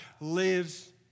lives